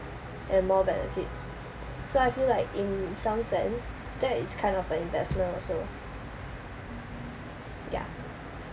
and more benefits so I feel like in some sense that is kind of a investment also yeah